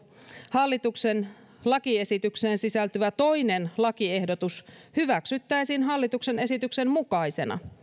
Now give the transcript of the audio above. hallituksen lakiesitykseen sisältyvä toinen lakiehdotus hyväksyttäisiin hallituksen esityksen mukaisena